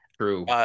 True